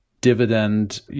dividend